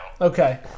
Okay